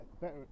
better